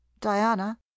Diana